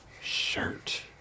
shirt